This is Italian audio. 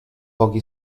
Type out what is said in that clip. pochi